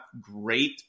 great